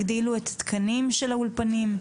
הגדילו את התקנים של האולפנים?